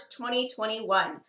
2021